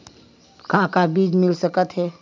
का का बीज मिल सकत हे?